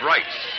Rights